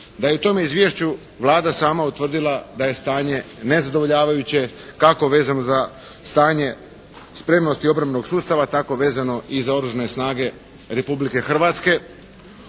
da je u tome izvješću Vlada sama utvrdila da je stanje nezadovoljavajuće kako vezano za stanje spremnosti obrambenog sustava tako vezano i za oružane snage Republike Hrvatske.